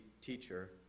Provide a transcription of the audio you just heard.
teacher